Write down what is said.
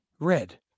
Red